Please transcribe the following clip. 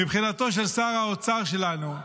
מבחינתו של שר האוצר שלנו,